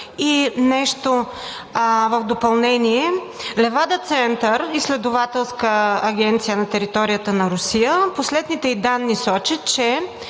И нещо в допълнение. „Левада център“ – изследователска агенция на територията на Русия, последните ѝ данни сочат, че